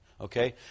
Okay